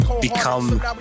Become